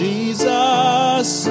Jesus